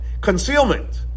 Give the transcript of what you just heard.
concealment